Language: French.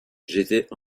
j’étais